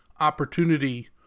opportunity